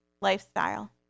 lifestyle